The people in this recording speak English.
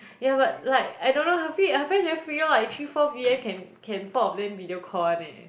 yeah but like I don't know her free her friends very free lor three four p_m can can four of them video call one eh